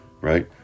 right